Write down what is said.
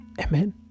Amen